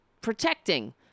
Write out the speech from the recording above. protecting